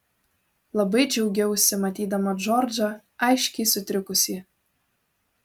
labai džiaugiausi matydama džordžą aiškiai sutrikusį